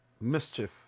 mischief